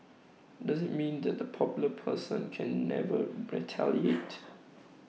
does IT mean that the popular person can never retaliate